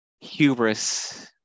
hubris